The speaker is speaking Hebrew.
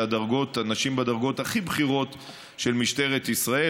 אנשים בדרגות הכי בכירות של משטרת ישראל.